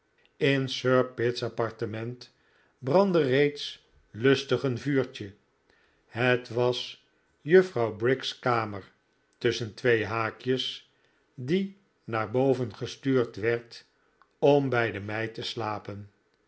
sir pitt's appartement brandde reeds lustig een vuurtje het was juffrouw briggs kamer tusschen twee haakjes die naar boven gestuurd werd om bij de meid te slapen